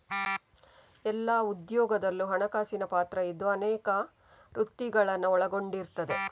ಎಲ್ಲಾ ಉದ್ಯೋಗದಲ್ಲೂ ಹಣಕಾಸಿನ ಪಾತ್ರ ಇದ್ದು ಅನೇಕ ವೃತ್ತಿಗಳನ್ನ ಒಳಗೊಂಡಿರ್ತದೆ